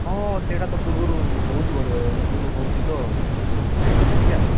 ହଁ ସେଇଟା ତ ପୂର୍ବରୁ ହେଉଛି ବୋଧେ ପୂର୍ବରୁ ହେଉଛି ତ ବାଇଗଣ ଦେଖିବା